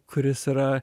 kuris yra